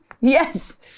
yes